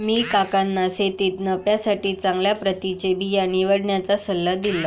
मी काकांना शेतीत नफ्यासाठी चांगल्या प्रतीचे बिया निवडण्याचा सल्ला दिला